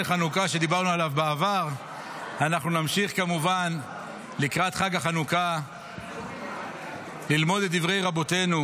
אנחנו נמשיך כמובן לקראת חג החנוכה ללמוד את דברי רבותינו,